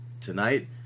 tonight